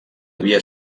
havia